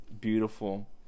Beautiful